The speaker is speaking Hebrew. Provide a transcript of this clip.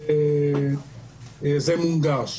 זה מונגש.